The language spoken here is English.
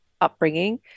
upbringing